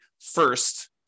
first